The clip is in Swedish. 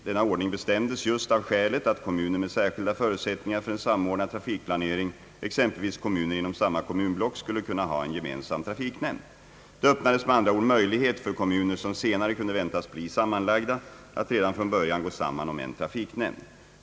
Denna ordning bestämdes just av skälet att kommuner med särskilda förutsättningar för en samordnad trafikplanering — exempelvis kommuner inom samma kommunblock — skulle kunna ha en gemensam trafiknämnd.